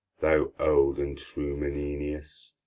thou old and true menenius,